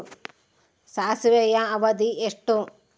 ಸಾಸಿವೆಯ ಅವಧಿ ಎಷ್ಟು?